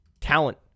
Talent